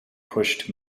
pushed